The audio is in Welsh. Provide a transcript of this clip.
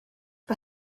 mae